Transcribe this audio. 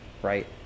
Right